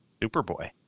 Superboy